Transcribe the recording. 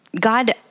God